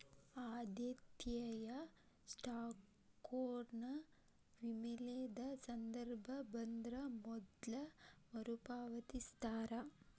ಆದ್ಯತೆಯ ಸ್ಟಾಕ್ನೊರ ವಿಲೇನದ ಸಂದರ್ಭ ಬಂದ್ರ ಮೊದ್ಲ ಮರುಪಾವತಿಸ್ತಾರ